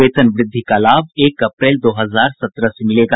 वेतन वृद्धि का लाभ एक अप्रैल दो हजार सत्रह से मिलेगा